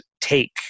take